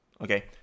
Okay